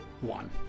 one